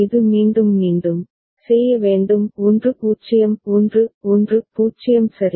இது மீண்டும் மீண்டும் செய்ய வேண்டும் 1 1 0 சரி